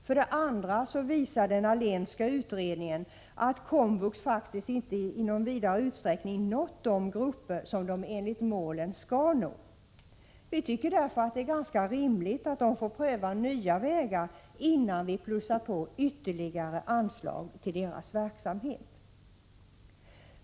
Vidare visar den Allénska utredningen att komvux faktiskt inte i någon vidare utsträckning nått de grupper som komvux enligt målen skall nå. Vi tycker därför att det är rimligt att komvux får pröva nya vägar innan vi plussar på med ytterligare anslag till dess verksamhet.